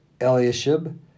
Eliashib